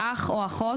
אח או אחות,